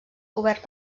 cobert